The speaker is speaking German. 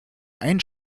ein